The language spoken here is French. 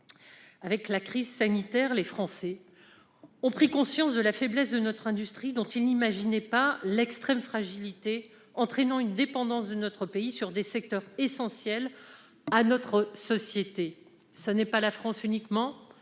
avec la crise sanitaire, les Français ont pris conscience de la faiblesse de notre industrie, dont ils n'imaginaient pas l'extrême fragilité, entraînant une dépendance de la France dans des secteurs essentiels à notre société. Cette situation concerne le monde